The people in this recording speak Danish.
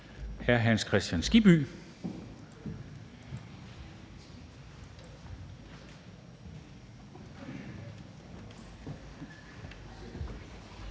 Hr. Hans Kristian Skibby.